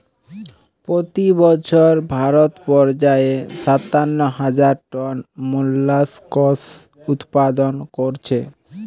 পোতি বছর ভারত পর্যায়ে সাতান্ন হাজার টন মোল্লাসকস উৎপাদন কোরছে